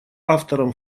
автором